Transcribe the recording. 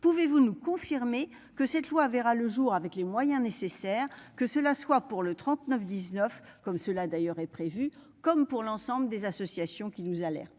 pouvez-vous nous confirmer que cette loi verra le jour avec les moyens nécessaires, que cela soit pour le 39 19 comme cela d'ailleurs est prévu, comme pour l'ensemble des associations qui nous alertent